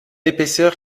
épaisseur